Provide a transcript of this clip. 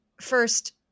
first